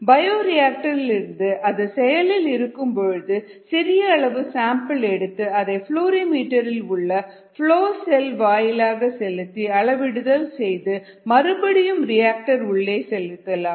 bio reactor இலிருந்து அது செயலில் இருக்கும்பொழுது சிறிய அளவு சாம்பிள் எடுத்து அதை ப்ளோரிமீட்டர் இல் உள்ள ஃப்ளோ செல் வாயிலாக செலுத்தி அளவிடுதல் செய்து மறுபடியும் ரிஆக்டர் உள்ளே செலுத்தலாம்